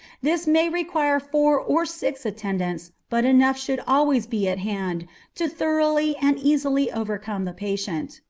this may require four or six attendants, but enough should always be at hand to thoroughly and easily overcome the patient.